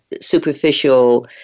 superficial